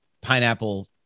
pineapple